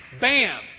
bam